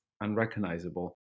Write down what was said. unrecognizable